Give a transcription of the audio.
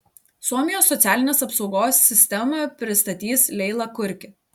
suomijos socialinės apsaugos sistemą pristatys leila kurki